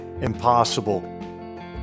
impossible